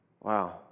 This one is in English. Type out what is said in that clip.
Wow